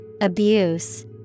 Abuse